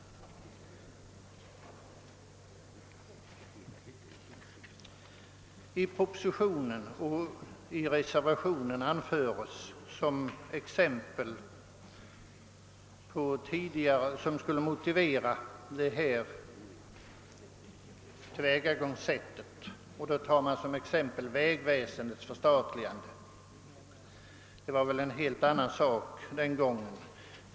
I propositionens och reservationens motiveringar för detta tillvägagångssätt anförs som exempel vägväsendets förstatligande. Det var emellertid fråga om någonting helt annat den gången.